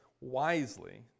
wisely